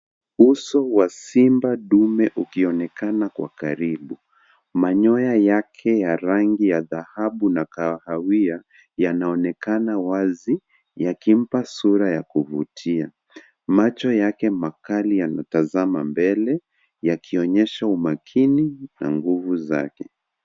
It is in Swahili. Uso wa simba dume ukionekana kwa karibu. Manyoya yake ya rangi ya dhahabu na kahawia yanaonekana wazi yakimpa sura ya kuvutia. Macho yake makali yanatazama mbele, yakionyesha umakini na nguvu zake.